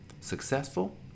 successful